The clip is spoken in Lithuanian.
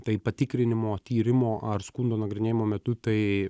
tai patikrinimo tyrimo ar skundo nagrinėjimo metu tai